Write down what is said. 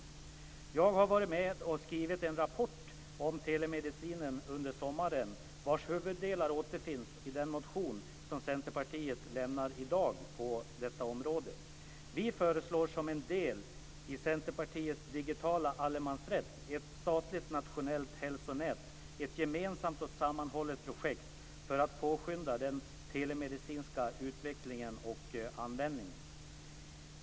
Jag har under sommaren varit med och skrivit en rapport om telemedicinen, vars huvuddelar återfinns i den motion som Centerpartiet väcker i dag på detta område. Vi föreslår som en del i Centerpartiets inriktning på digital allemansrätt ett statligt nationellt hälsonät, ett gemensamt och sammanhållet projekt för att påskynda den telemedicinska utvecklingen och användningen.